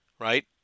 right